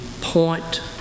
point